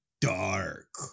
Dark